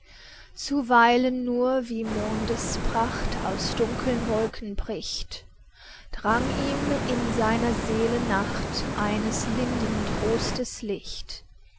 zuweilen nur wie mondespracht aus dunkeln wolken bricht drang ihm in seiner seele nacht eines linden trostes licht